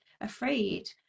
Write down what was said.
afraid